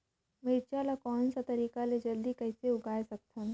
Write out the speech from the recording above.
मिरचा ला कोन सा तरीका ले जल्दी कइसे उगाय सकथन?